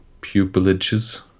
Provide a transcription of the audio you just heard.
pupillages